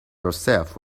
yourself